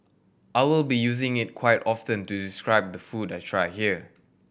I will be using it quite often to describe the food I try here